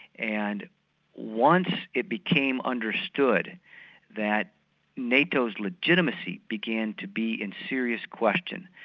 and once it became understood that nato's legitimacy began to be in serious question,